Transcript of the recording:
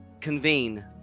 convene